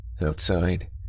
Outside